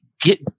get